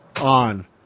on